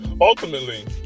Ultimately